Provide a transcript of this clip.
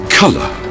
color